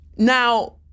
Now